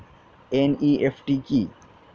NEFT কি?